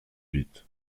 huit